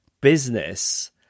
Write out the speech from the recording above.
business